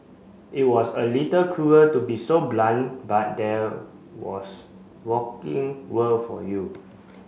it was a little cruel to be so blunt but there was working world for you